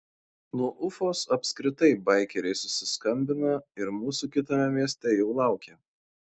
nuo ufos apskritai baikeriai susiskambina ir mūsų kitame mieste jau laukia